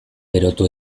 berotu